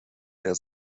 der